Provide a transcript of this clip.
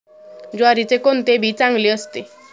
ज्वारीचे कोणते बी चांगले असते?